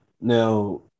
Now